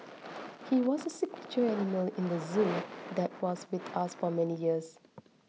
he was a signature animal in the zoo that was with us for many years